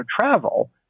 travel